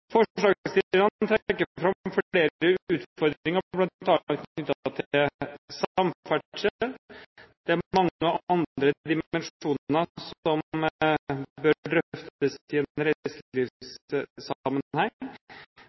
Forslagsstillerne trekker fram flere utfordringer bl.a. knyttet til samferdsel. Det er mange andre dimensjoner som bør drøftes i